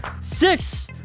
Six